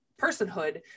personhood